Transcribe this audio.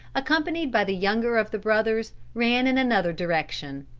accompanied by the younger of the brothers, ran in another direction.